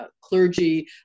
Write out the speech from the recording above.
clergy